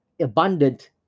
abundant